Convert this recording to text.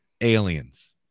aliens